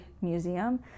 museum